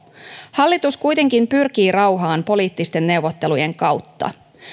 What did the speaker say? hallitus kuitenkin pyrkii rauhaan poliittisten neuvottelujen kautta